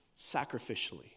Sacrificially